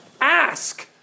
ask